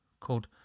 called